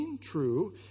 true